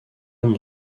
mon